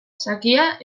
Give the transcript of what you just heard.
xakea